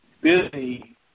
busy